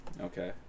Okay